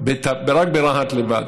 רק ברהט לבד.